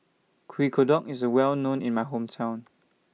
Kueh Kodok IS Well known in My Hometown